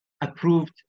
approved